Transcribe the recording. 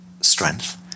strength